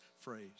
phrase